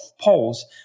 polls